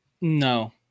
No